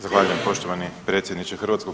Zahvaljujem poštovani predsjedniče HS.